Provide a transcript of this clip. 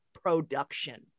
production